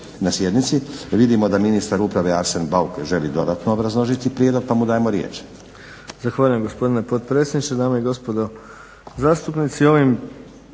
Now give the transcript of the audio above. na sjednici. Vidimo da ministar uprave Arsen Baruk želi dodatno obrazložiti prijedlog pa mu dajemo riječ.